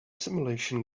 simulation